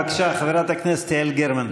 בבקשה, חברת הכנסת יעל גרמן.